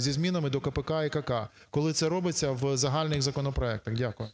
зі змінами до КПК і КК, коли це робиться в загальних законопроектах. Дякую.